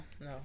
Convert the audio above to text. No